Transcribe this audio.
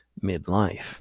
midlife